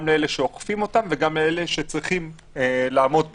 גם לאלה שאוכפים אותן וגם לאלה שצריכים לעמוד בהן.